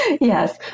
yes